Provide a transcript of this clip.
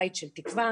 בית של תקווה,